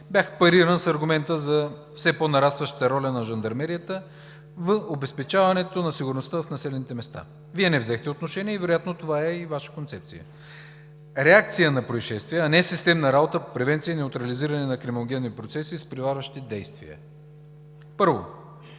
бях париран с аргумента за все по-нарастваща роля на жандармерията в обезпечаването на сигурността в населените места. Вие не взехте отношение и вероятно това е и Ваша концепция. Реакция на произшествия, а не системна работа по превенция и неутрализиране на криминогенни процеси с изпреварващи действия. Първи